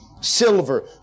silver